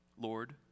Lord